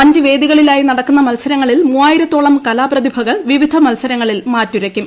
അഞ്ച് വേദികളിലായി നടക്കുന്ന മത്സരങ്ങളിൽ മൂവായിരത്തോളം കലാപ്രതിഭകൾ വിവിധ മത്സരങ്ങളിൽ മാറ്റുരക്കും